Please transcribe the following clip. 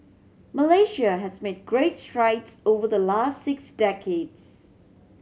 Malaysia has made great strides over the last six decades